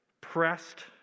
pressed